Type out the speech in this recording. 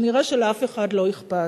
שנראה שלאף אחד לא אכפת.